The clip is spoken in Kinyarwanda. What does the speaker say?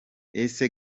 ese